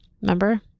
Remember